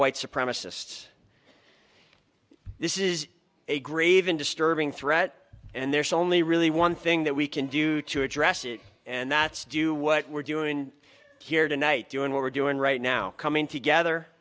white supremacists this is a grave and disturbing threat and there's only really one thing that we can do to address it and that's do what we're doing here tonight doing what we're doing right now coming together